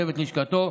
ולצוות לשכתו.